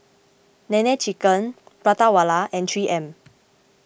Nene Chicken Prata Wala and three M